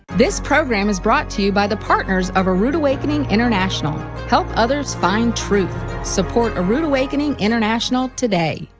this program is brought to you by the partners of a rood awakening international. help others find truth, support a rood awakening international today.